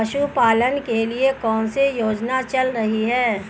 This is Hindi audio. पशुपालन के लिए कौन सी योजना चल रही है?